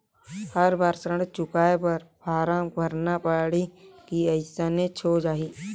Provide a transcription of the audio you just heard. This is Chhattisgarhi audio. हर बार ऋण चुकाय बर फारम भरना पड़ही की अइसने हो जहीं?